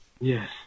Yes